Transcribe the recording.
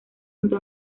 junto